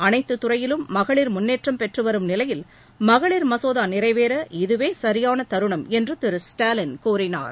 அனைத்து துறையிலும் மகளிர் முன்னேற்றம் பெற்றுவரும் நிலையில் மகளிர் மசோதா நிறைவேற இதுவே சரியான தருணம் என்று திரு ஸ்டாலின் கூறினார்